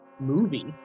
Movie